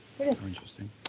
Interesting